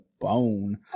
bone